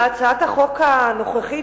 בהצעת החוק הנוכחית,